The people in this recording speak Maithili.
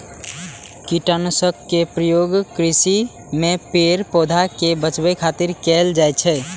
कीटनाशक के प्रयोग कृषि मे पेड़, पौधा कें बचाबै खातिर कैल जाइ छै